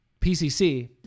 PCC